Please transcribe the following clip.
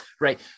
right